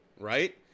right